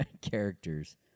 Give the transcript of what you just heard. Characters